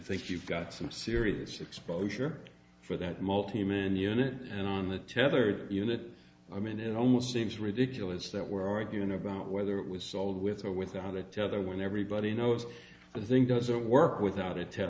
think you've got some serious exposure for that multi million unit and on the tethered unit i mean it almost seems ridiculous that we're arguing about whether it was sold with or without a tether when everybody knows the thing doesn't work without a t